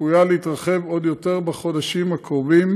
צפויה להתרחב עוד יותר בחודשים הקרובים,